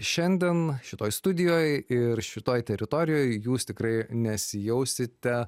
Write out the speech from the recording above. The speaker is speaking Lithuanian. šiandien šitoj studijoj ir šitoj teritorijoj jūs tikrai nesijausite